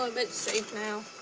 ah bit safe now